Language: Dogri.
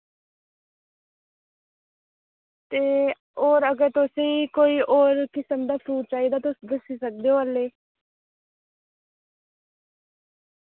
ते और अगर तुसें कोई और किस्म दा फ्रूट चाहिदा तुस दस्सी सकदे ओ हाल्ले